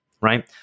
right